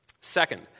Second